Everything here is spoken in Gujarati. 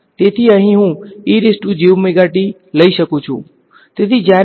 તેથી અહીં હું લઈ શકું છું